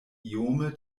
iome